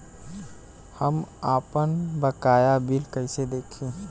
हम आपनबकाया बिल कइसे देखि?